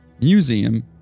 museum